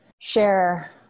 share